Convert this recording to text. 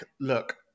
look